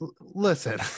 listen